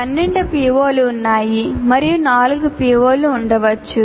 12 పిఒలు ఉన్నాయి మరియు 4 పిఎస్ఓలు ఉండవచ్చు